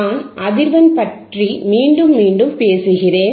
நான் அதிர்வெண் பற்றி மீண்டும் மீண்டும் பேசுகிறேன்